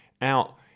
out